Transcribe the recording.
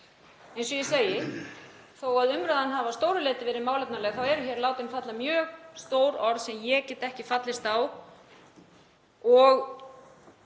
Eins og ég segi, þó að umræðan hafi að miklu leyti verið málefnaleg þá eru látin falla mjög stór orð sem ég get ekki fallist á og